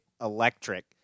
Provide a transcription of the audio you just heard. electric